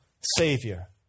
savior